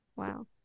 Wow